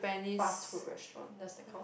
fast food restaurant that's the kind of